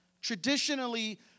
Traditionally